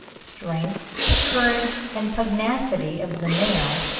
strength, courage, and pugnacity of the male,